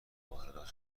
واردات